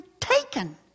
taken